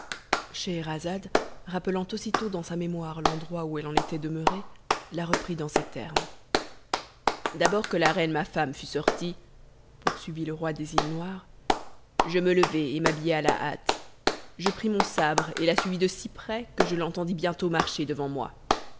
scheherazade rappelant aussitôt dans sa mémoire l'endroit où elle en était demeurée la reprit dans ces termes d'abord que la reine ma femme fut sortie poursuivit le roi des îles noires je me levai et m'habillai à la hâte je pris mon sabre et la suivis de si près que je l'entendis bientôt marcher devant moi